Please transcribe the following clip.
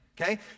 okay